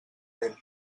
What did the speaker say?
dent